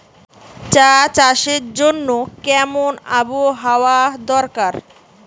চা চাষের জন্য কেমন আবহাওয়া দরকার?